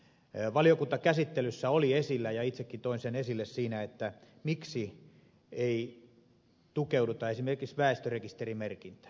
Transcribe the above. valiokuntakäsittelyssä oli esillä ja itsekin toin sen esille se että miksi ei tukeuduta esimerkiksi väestörekisterimerkintään